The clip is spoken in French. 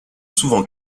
souvent